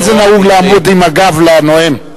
אין זה נהוג לעמוד עם הגב לנואם.